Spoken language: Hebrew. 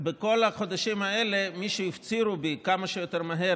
בכל החודשים האלה מי שהפצירו בי להביא כמה שיותר מהר